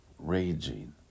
raging